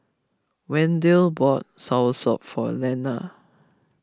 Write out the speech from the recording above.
Wendell bought soursop for Lenna